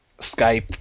Skype